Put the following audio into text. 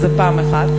זו שאלה אחת.